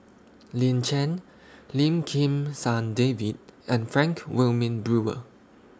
Lin Chen Lim Kim San David and Frank Wilmin Brewer